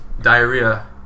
Diarrhea